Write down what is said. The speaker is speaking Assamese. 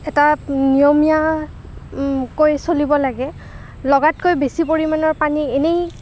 এটা নিয়মীয়া কৈ চলিব লাগে লগাতকৈ বেছি পৰিমাণৰ পানী এনেই